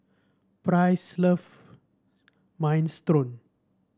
Price love Minestrone